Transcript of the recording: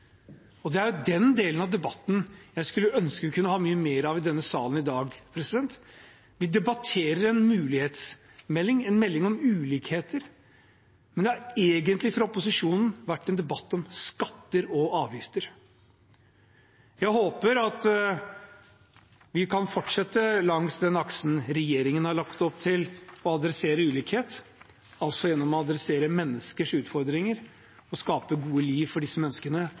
ulikhetsstatistikk. Det er den delen av debatten jeg skulle ønske vi kunne ha mye mer av i denne salen i dag. Vi debatterer en mulighetsmelding, en melding om ulikheter, men det har fra opposisjonens side egentlig vært en debatt om skatter og avgifter. Jeg håper vi kan fortsette langs den aksen regjeringen har lagt opp til: å adressere ulikhet gjennom å adressere menneskers utfordringer og skape gode liv for disse menneskene